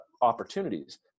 opportunities